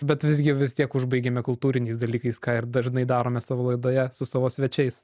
bet visgi vis tiek užbaigėme kultūriniais dalykais ką ir dažnai darome savo laidoje su savo svečiais